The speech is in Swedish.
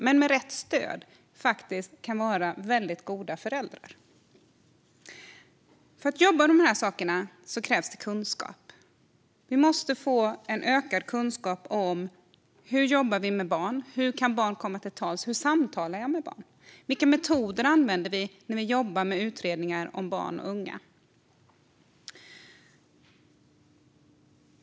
Men med rätt stöd kan de vara väldigt goda föräldrar. För att jobba med de sakerna krävs det kunskap. Vi måste få en ökad kunskap om hur vi jobbar med barn, hur barn kan komma till tals, och hur man samtalar med barn. Vilka metoder använder vi när vi jobbar med utredningar om barn och unga?